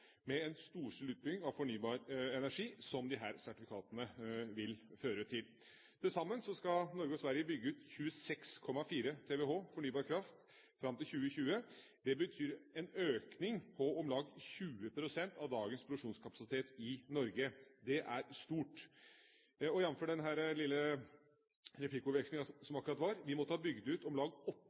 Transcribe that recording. med det de to første landene i Europa som har inngått et slikt forpliktende samarbeid om en storstilt utbygging av fornybar energi, som disse sertifikatene vil føre til. Til sammen skal Norge og Sverige bygge ut 26,4 TWh fornybar kraft fram til 2020. Det betyr en økning på om lag 20 pst. av dagens produksjonskapasitet i Norge. Det er stort. Jamført den lille replikkordvekslinga i sted: Vi måtte ha bygd ut om lag åtte